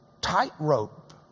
tightrope